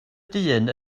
dyn